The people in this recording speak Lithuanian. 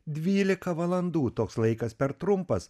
dvylika valandų toks laikas per trumpas